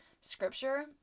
scripture